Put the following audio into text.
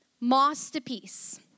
masterpiece